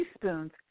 teaspoons